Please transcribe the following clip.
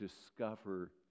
discover